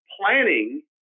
planning